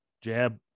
jab